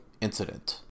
incident